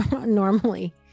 normally